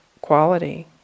quality